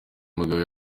mugabo